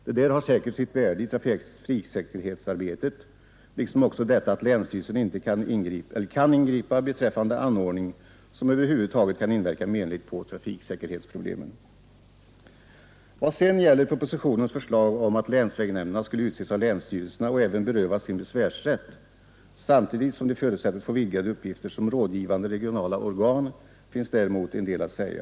Det har säkert sitt värde för trafiksäkerhetsarbetet liksom också detta att länsstyrelsen kan ingripa beträffande anordning som kan inverka menligt på trafiksäkerheten. Beträffande propositionens förslag att länsvägnämnderna skulle utses av länsstyrelserna och även berövas sin besvärsrätt samtidigt som de förutsätts få vidgade uppgifter som rådgivande regionala organ finns däremot en del att säga.